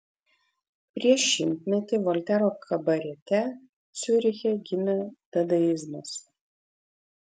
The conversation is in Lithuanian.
prieš šimtmetį voltero kabarete ciuriche gimė dadaizmas